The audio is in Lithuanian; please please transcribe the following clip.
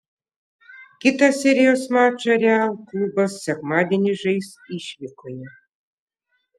kitą serijos mačą real klubas sekmadienį žais išvykoje